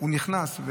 והוא נכנס,